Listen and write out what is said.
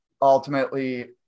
ultimately